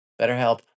BetterHelp